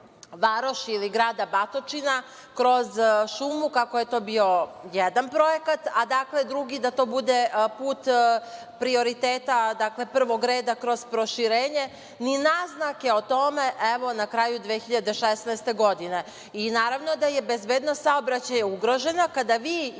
ili grada Batočina, kroz šumu, kako je to bio jedan projekat, a drugi da to bude put prioriteta, dakle, prvog reda kroz proširenje, ni naznake o tome na kraju 2016. godine. Naravno da je bezbednost saobraćaja ugrožena kada vi isključenjem